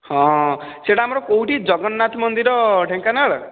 ହଁ ସେଇଟା ଆମର କେଉଁଠି ଜଗନ୍ନାଥ ମନ୍ଦିର ଢେଙ୍କାନାଳ